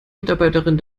mitarbeiterin